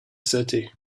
city